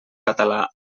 català